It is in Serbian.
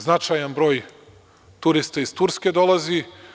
Značajan broj turista iz Turske dolazi.